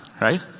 Right